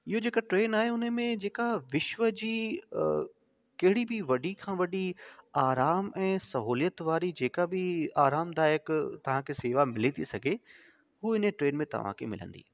इहो जेका ट्र्रेन आहे उने में जेका विश्व जी कहिड़ी बि वॾी खां वॾी आराम ऐं सहूलियत वारी जेका बि आरामदायक तव्हां खे सेवा मिली थी सघे हू इने ट्रेन में तव्हां खे मिलंदी